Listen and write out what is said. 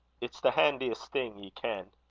it's the handiest thing, ye ken.